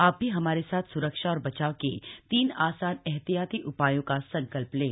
आप भी हमारे साथ स्रक्षा और बचाव के तीन आसान एहतियाती उपायों का संकल्प लें